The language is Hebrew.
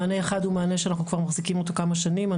מענה אחד הוא מענה שאנחנו מחזיקים אותו כבר כמה שנים.